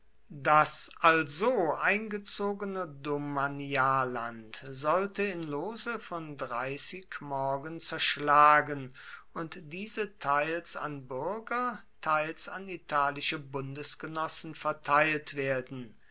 das also eingezogene domanialland sollte in lose von morgen zerschlagen und diese teils an bürger teils an italische bundesgenossen verteilt werden